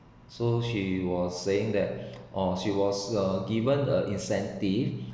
so she was saying that oh she was uh given a incentive